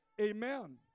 Amen